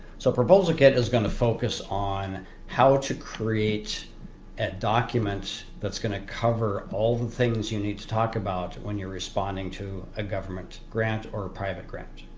so proposal kit is going to focus on how to create documents that's going to cover all the things you need to talk about when you're responding to a government grant or a private grant.